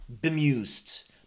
bemused